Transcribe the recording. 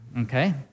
okay